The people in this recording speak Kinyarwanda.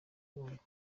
inkunga